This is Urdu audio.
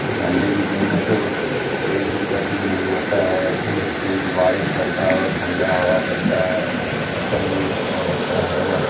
ٹھنڈی کے دن میں تو کوئی دقت ہی نہیں ہوتا ہے صرف بارش پڑتا ہو ٹھنڈا ہوا چلتا ہے موسم بھی اچھا رہتا ہے